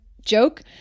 joke